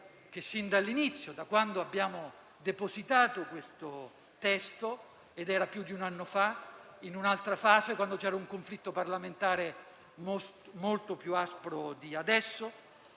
che, sin dall'inizio, da quando abbiamo depositato questo testo - era più di un anno fa, in un'altra fase, quando c'era un conflitto parlamentare molto più aspro di adesso